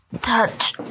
touch